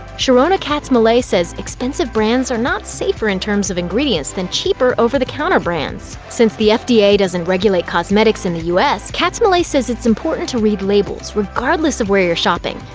sharrona katz-moulay says, expensive brands are not safer in terms of ingredients than cheaper over-the-counter brands. since the fda doesn't regulate cosmetics in the u s, katz-moulay says it's important to read labels, regardless of where you're shopping.